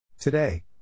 Today